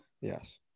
Yes